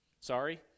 Sorry